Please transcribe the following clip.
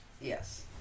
Yes